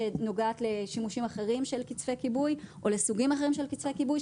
שנוגע לשימושים אחרים של קצפי כיבוי או לסוגים אחרים של קצפי כיבוי.